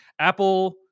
Apple